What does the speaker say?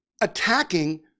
attacking